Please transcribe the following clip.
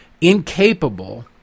incapable